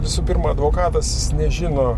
visų pirma advokatas nežino